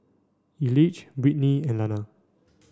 Elige Britni and Lana